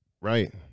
Right